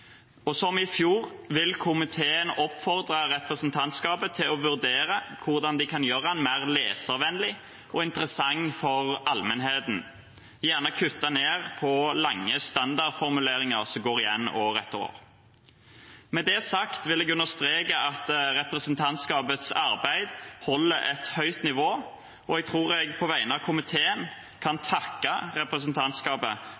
Som i fjor vil komiteen oppfordre representantskapet til å vurdere hvordan de kan gjøre den mer leservennlig og interessant for allmennheten, gjerne kutte ned på lange standardformuleringer som går igjen år etter år. Med det sagt vil jeg understreke at representantskapets arbeid holder et høyt nivå, og jeg tror jeg på vegne av komiteen kan